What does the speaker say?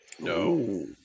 No